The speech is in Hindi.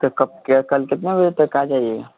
तो कब क्या कल कितने बजे तक आ जाइएगा